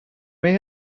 may